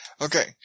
Okay